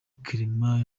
clement